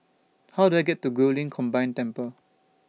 How Do I get to Guilin Combined Temple